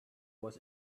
was